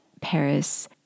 Paris